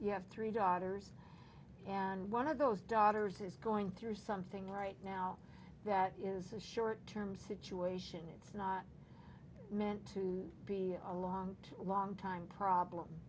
you have three daughters and one of those daughters is going through something right now that is a short term situation it's not meant to be a long long time problem